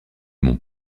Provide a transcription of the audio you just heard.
mont